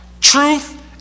truth